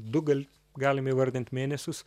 du gal galim įvardint mėnesius